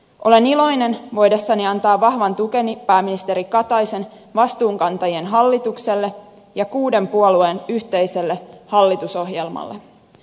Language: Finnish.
olen iloinen voidessani antaa vahvan tukeni pääministeri kataisen vastuunkantajien hallitukselle ja kuuden puolueen yhteiselle hallitusohjelmalle